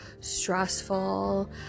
stressful